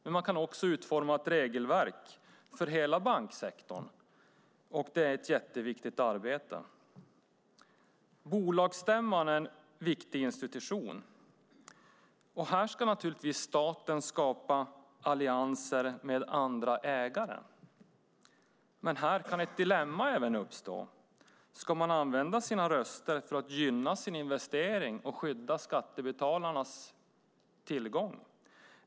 Men man kan också utforma ett regelverk för hela banksektorn, och det är ett jätteviktigt arbete. Bolagsstämman är en viktig institution. Här ska naturligtvis staten skapa allianser med andra ägare. Men här kan det även uppstå ett dilemma: Ska man använda sina röster för att gynna sin investering och skydda skattebetalarnas tillgång?